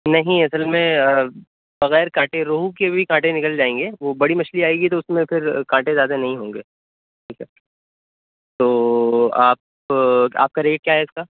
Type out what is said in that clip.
نہیں اصل میں بغیر کانٹے روہو کے بھی کانٹے نکل جائیں گے وہ بڑی مچھلی آئے گی تو اس میں پھر کانٹے زیادہ نہیں ہوں گے ٹھیک ہے تو آپ آپ کا ریٹ کیا ہے اس کا